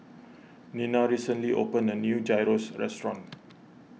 Nina recently opened a new Gyros Restaurant